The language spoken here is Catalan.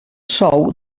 sou